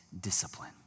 discipline